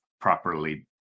properly